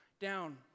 down